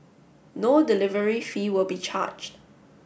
no delivery fee will be charged